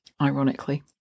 ironically